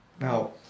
Now